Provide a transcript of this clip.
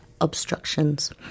obstructions